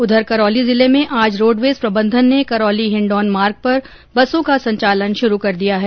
उधर करौली जिले में आज रोडवेज प्रबंधन ने करौली हिण्डौन मार्ग पर बसों का संचालन शुरू कर दिया है